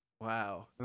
Wow